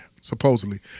supposedly